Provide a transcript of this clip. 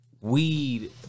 weed